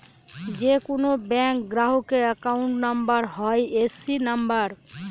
যে কোনো ব্যাঙ্ক গ্রাহকের অ্যাকাউন্ট নাম্বার হয় এ.সি নাম্বার